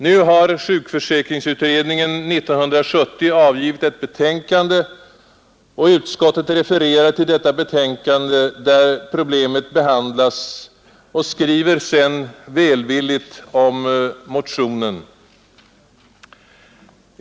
Nu har sjukförsäkringsutredningen 1970 avgivit ett betänkande. Utskottet refererar till detta betänkande där problemet behandlas och skriver sedan välvilligt om motionen.